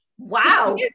Wow